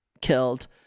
killed